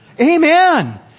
Amen